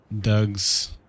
Doug's